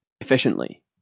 efficiently